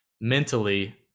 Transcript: mentally